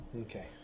Okay